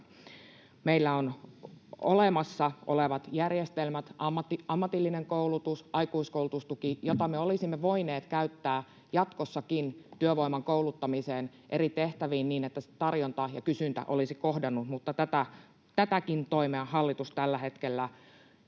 Meillä on olemassa olevat järjestelmät, ammatillinen koulutus, aikuiskoulutustuki, joita me olisimme voineet käyttää jatkossakin työvoiman kouluttamiseen eri tehtäviin niin, että tarjonta ja kysyntä olisivat kohdanneet, mutta tätäkin toimea hallitus tällä hetkellä